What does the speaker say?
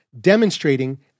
demonstrating